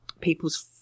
people's